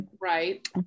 Right